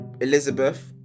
Elizabeth